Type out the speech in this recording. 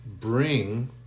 bring